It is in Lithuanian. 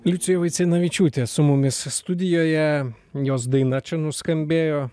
liucija vaicenavičiūtė su mumis studijoje jos daina čia nuskambėjo